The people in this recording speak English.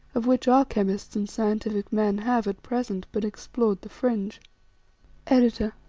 of which our chemists and scientific men have, at present, but explored the fringe editor.